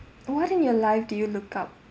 what in your life do you look up